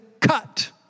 cut